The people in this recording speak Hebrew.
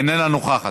איננה נוכחת,